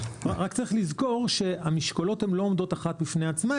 צריך לזכור שהמשקולות לא עומדות כל אחת בפני עצמה,